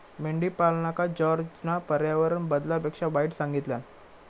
मेंढीपालनका जॉर्जना पर्यावरण बदलापेक्षा वाईट सांगितल्यान